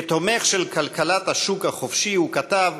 כתומך של כלכלת השוק החופשי, הוא כתב: